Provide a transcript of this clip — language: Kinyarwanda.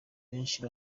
benshi